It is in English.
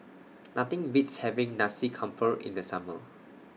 Nothing Beats having Nasi Campur in The Summer